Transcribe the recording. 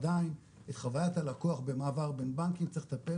עדיין חוויית הלקוח במעבר בין בנקים צריך לטפל